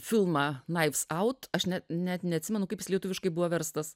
filmą naips aut aš ne net neatsimenu kaip jis lietuviškai buvo verstas